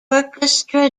orchestra